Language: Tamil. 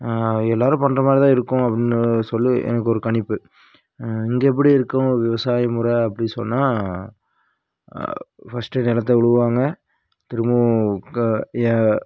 எல்லோரும் பண்ணுற மாதிரி தான் இருக்கும் அப்படின்னு சொல்லி எனக்கு ஒரு கணிப்பு இங்கே எப்படி இருக்கும் விவசாய முறை அப்படி சொன்னால் ஃபஸ்ட்டு நிலத்த உழுவுவாங்க திரும்பவும் க ய